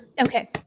Okay